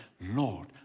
Lord